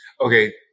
Okay